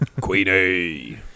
Queenie